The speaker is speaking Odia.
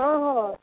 ହଁ ହଁ ହଁ